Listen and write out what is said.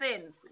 sins